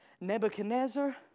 Nebuchadnezzar